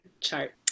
chart